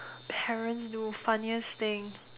parents do funniest thing